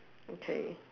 okay